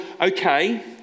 okay